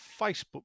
Facebook